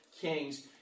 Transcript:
Kings